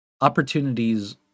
Opportunities